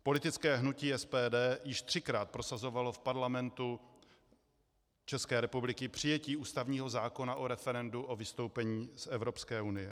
Politické hnutí SPD již třikrát prosazovalo v Parlamentu České republiky přijetí ústavního zákona o referendu o vystoupení z Evropské unie.